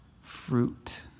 fruit